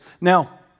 Now